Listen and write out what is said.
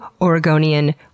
Oregonian